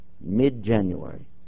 Mid-January